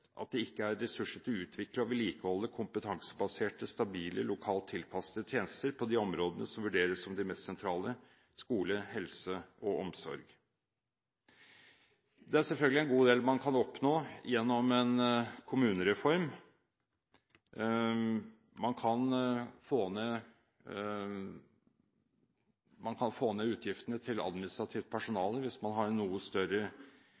at det ikke er ressurser til å utvikle og vedlikeholde kompetansebaserte, stabile, lokalt tilpassede tjenester på de områdene som vurderes som de mest sentrale: skole, helse og omsorg. Det er selvfølgelig en god del man kan oppnå gjennom en kommunereform. Man kan få ned utgiftene til administrativt personale hvis man har en noe større